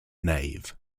nave